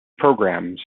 programs